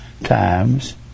times